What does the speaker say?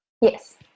yes